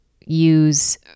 use